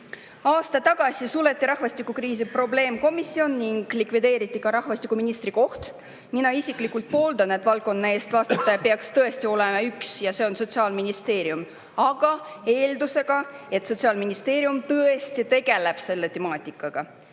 tagasi suleti rahvastikukriisi probleemkomisjon ning likvideeriti ka rahvastikuministri [ameti]koht. Mina isiklikult pooldan, et valdkonna eest vastutaja peaks tõesti olema üks ja see on Sotsiaalministeerium, aga eeldusega, et Sotsiaalministeerium tõesti tegeleb selle temaatikaga.